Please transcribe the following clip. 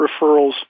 referrals